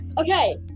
okay